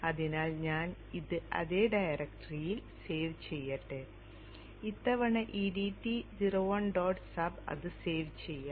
അതിനാൽ ഞാൻ ഇത് അതേ ഡയറക്ടറിയിൽ സേവ് ചെയ്യട്ടെ ഇത്തവണ e d t 0 1 dot sub അത് സേവ് ചെയ്യാം